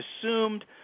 assumed